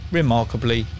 remarkably